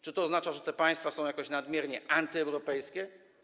Czy to oznacza, że te państwa są jakoś nadmiernie antyeuropejskie?